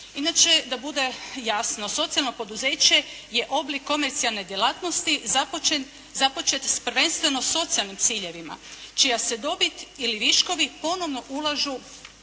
Inače da bude jasno, socijalno poduzeće je oblik komercijalne djelatnosti započet s prvenstveno socijalnim ciljevima čija se dobit ili viškovi ponovno ulažu